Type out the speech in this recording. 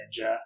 ninja